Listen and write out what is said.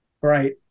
Right